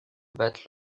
battre